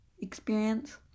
experience